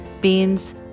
beans